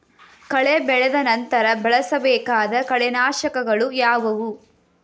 ಕಳೆ ಬೆಳೆದ ನಂತರ ಬಳಸಬೇಕಾದ ಕಳೆನಾಶಕಗಳು ಯಾವುವು?